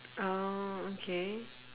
oh okay